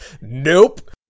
Nope